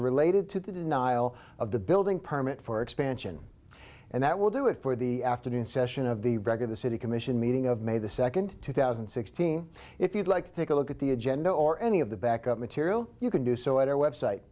related to the denial of the building permit for expansion and that will do it for the afternoon session of the record the city commission meeting of may the second two thousand and sixteen if you'd like to take a look at the agenda or any of the back up material you can do so at our website